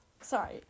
Sorry